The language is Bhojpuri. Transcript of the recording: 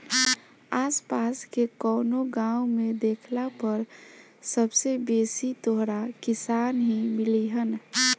आस पास के कवनो गाँव में देखला पर सबसे बेसी तोहरा किसान ही मिलिहन